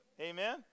amen